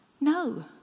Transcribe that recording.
No